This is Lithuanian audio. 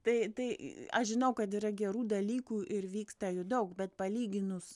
tai tai aš žinau kad yra gerų dalykų ir vyksta jų daug bet palyginus